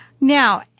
Now